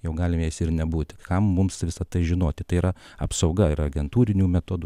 jau galime jais ir nebūti kam mums visa tai žinoti tai yra apsauga ir agentūrinių metodų